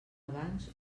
abans